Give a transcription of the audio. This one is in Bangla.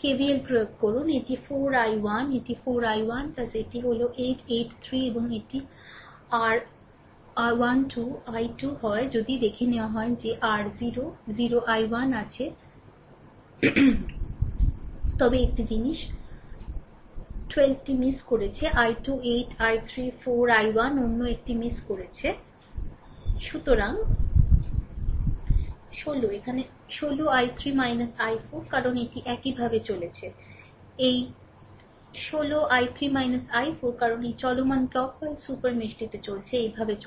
KVL প্রয়োগ করুন এটি 4 I1 এটি 4 I1 rএটি হল 8 8 3 এবং এটি r12 I2 হয় যদি দেখে নেওয়া হয় যে r0 0 I1 আছে তবে একটি জিনিস 12 টি মিস করেছে I2 8 I3 4 I1 অন্য একটি মিস করেছে এটাই rসুতরাং 16 এখানে 16 I3 i4 কারণ এটি এইভাবে চলেছে এই 16 I3 i4 কারণ চলমান ক্লক ওয়াইজ সুপার মেশ টিতে চলেছে এইভাবে চলছে